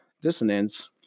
dissonance